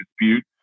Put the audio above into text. dispute